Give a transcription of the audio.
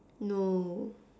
no